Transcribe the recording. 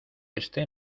este